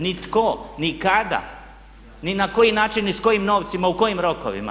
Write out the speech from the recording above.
Ni tko, ni kada, ni na koji način i s kojim novcima, u kojim rokovima.